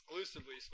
exclusively